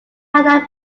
had